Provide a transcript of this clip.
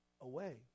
away